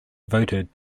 voted